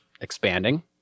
expanding